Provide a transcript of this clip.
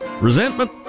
resentment